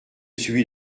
celui